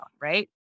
right